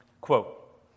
Quote